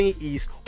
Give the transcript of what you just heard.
East